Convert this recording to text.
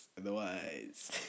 otherwise